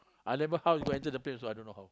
I never how to enter the plane I also don't know how